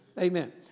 Amen